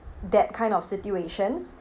that kind of situations